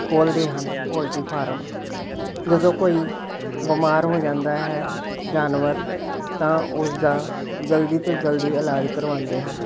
ਖੋਲ੍ਹਦੇ ਹਨ poultry farm ਜਦੋਂ ਕੋਈ ਬਿਮਾਰ ਹੋ ਜਾਂਦਾ ਹੈ ਜਾਨਵਰ ਤਾਂ ਉਸਦਾ ਜਲਦੀ ਤੋਂ ਜਲਦੀ ਇਲਾਜ ਕਰਵਾਉਂਦੇ ਹਾਂ